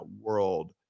world